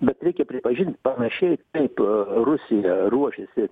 bet reikia pripažint panašiai kaip rusija ruošėsi